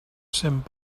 cent